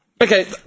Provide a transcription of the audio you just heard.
okay